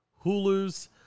hulu's